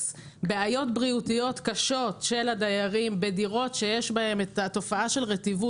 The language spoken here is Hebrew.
בעיות בריאותיות קשות של הדיירים בדירות שיש בהן התופעה של רטיבות.